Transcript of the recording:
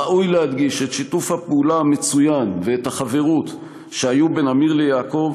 ראוי להדגיש את שיתוף הפעולה המצוין והחברות שהיו בין עמיר ליעקב,